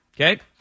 Okay